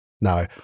No